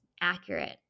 accurate